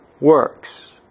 works